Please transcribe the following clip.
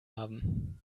haben